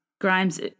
Grimes